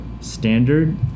standard